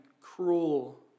cruel